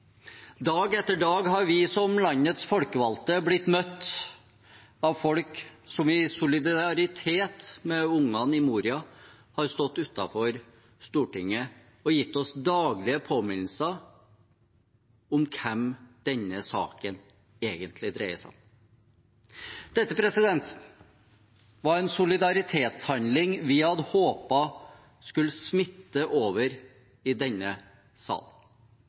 Dag etter dag har vi som landets folkevalgte blitt møtt av folk som i solidaritet med barna i Moria har stått utenfor Stortinget og gitt oss daglige påminnelser om hvem denne saken egentlig dreier seg om. Dette var en solidaritetshandling vi hadde håpet skulle smitte over i denne sal.